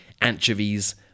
anchovies